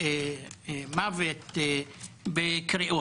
עצם הקידום.